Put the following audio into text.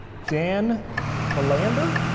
dan mallender.